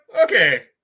okay